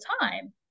time